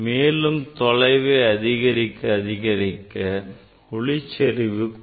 மேலும் தொலைவு அதிகரிக்க அதிகரிக்க ஒளிச்செறிவு குறைகிறது